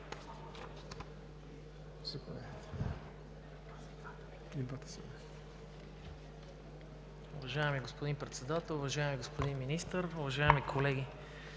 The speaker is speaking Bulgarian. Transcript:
Уважаеми господин Председател, уважаеми господин Министър, уважаеми колеги!